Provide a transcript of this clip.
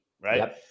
right